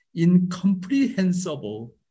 incomprehensible